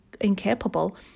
incapable